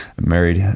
married